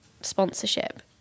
sponsorship